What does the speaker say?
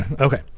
okay